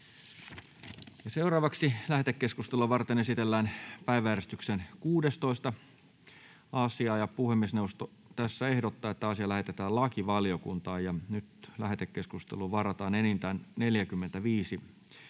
Content: Lähetekeskustelua varten esitellään päiväjärjestyksen 17. asia. Puhemiesneuvosto ehdottaa, että asia lähetetään lakivaliokuntaan. Lähetekeskusteluun varataan enintään 30